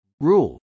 Rule